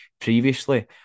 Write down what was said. previously